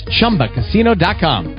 ChumbaCasino.com